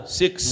six